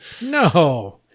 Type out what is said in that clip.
no